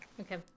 okay